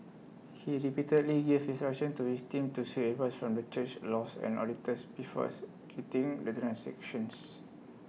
he repeatedly gave instructions to his team to seek advice from the church's laws and auditors executing the transactions